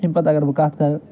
اَمہِ پتہٕ اَگر بہٕ کَتھ کَرٕ